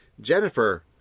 Jennifer